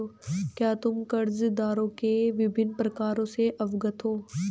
क्या तुम कर्जदारों के विभिन्न प्रकारों से अवगत हो?